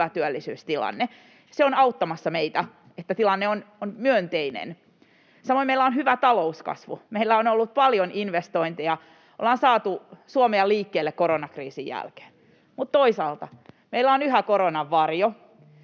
hyvä työllisyystilanne — se on auttamassa meitä, että tilanne on myönteinen. Samoin meillä on hyvä talouskasvu: meillä on ollut paljon investointeja, ja olemme saaneet Suomea liikkeelle koronakriisin jälkeen. Mutta toisaalta meillä on yhä koronan varjo,